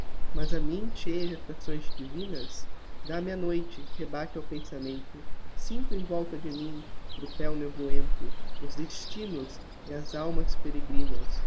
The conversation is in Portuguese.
mas a mim cheia de attracções divinas dá-me a noite rebate ao pensamento sinto em volta de mim tropel nevoento os destinos e as almas peregrinas